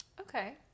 Okay